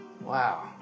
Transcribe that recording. Wow